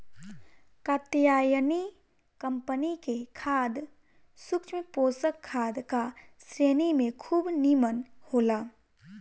Katyayani company के खाद सूक्ष्म पोषक खाद का श्रेणी में खूब निमन होला